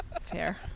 Fair